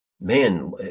man